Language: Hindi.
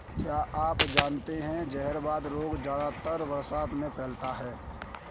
क्या आप जानते है जहरवाद रोग ज्यादातर बरसात में फैलता है?